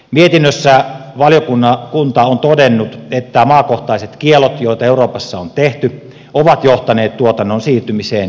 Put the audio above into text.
mietinnössä valiokunta on todennut että maakohtaiset kiellot joita euroopassa on tehty ovat johtaneet tuotannon siirtymiseen muihin maihin